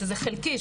שזה חלקי,